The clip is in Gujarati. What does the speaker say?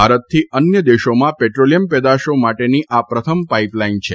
ભારતથી અન્ય દેશોમાં પેટ્રોલિયમ પેદાશો માટેની આ પ્રથમ પાઇપલાઇન છે